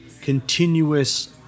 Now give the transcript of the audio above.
continuous